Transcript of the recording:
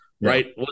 right